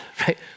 right